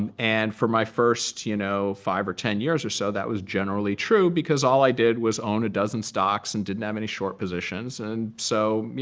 and and for my first you know five or ten years or so, that was generally true, because all i did was own a dozen stocks and didn't have any short positions. and so